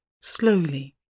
slowly